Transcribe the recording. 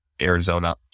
Arizona